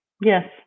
Yes